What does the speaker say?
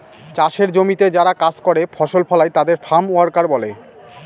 চাষের জমিতে যারা কাজ করে ফসল ফলায় তাদের ফার্ম ওয়ার্কার বলে